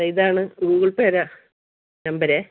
അപ്പോൾ ഇതാണ് Google Pay number